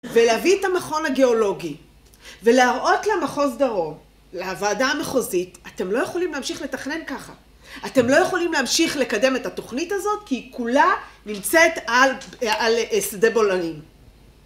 ‫ולהביא את המכון הגיאולוגי, ‫ולהראות למחוז דרום, ‫לוועדה המחוזית, ‫אתם לא יכולים להמשיך לתכנן ככה. ‫אתם לא יכולים להמשיך ‫לקדם את התוכנית הזאת ‫כי היא כולה נמצאת על שדה בולענים.